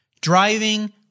driving